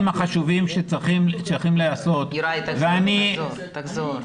יוראי, תחזור.